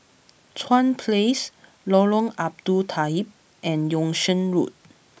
Chuan Place Lorong Abu Talib and Yung Sheng Road